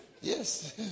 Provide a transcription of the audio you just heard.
Yes